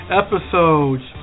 episodes